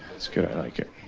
it's good i like it.